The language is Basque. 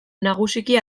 nagusiki